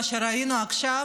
מה שראינו עכשיו,